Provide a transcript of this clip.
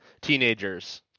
teenagers